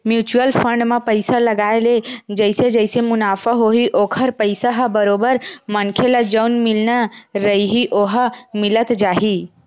mutual fund म पइसा लगाय ले जइसे जइसे मुनाफ होही ओखर पइसा ह बरोबर मनखे ल जउन मिलना रइही ओहा मिलत जाही